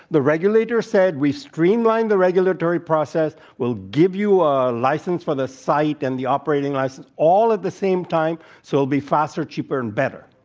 the regulator said we streamlined the regulatory process. we'll give you a license for the site and the operating license all at the same time, so it will be faster, cheaper, and better.